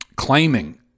claiming